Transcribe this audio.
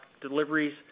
deliveries